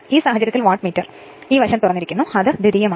ഈ സാഹചര്യത്തിൽ വാട്ട്മീറ്റർ ഈ വശം തുറന്നിരിക്കുന്നു അത് ദ്വിതീയമാണ്